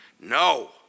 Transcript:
No